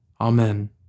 Amen